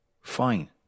Fine